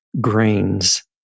grains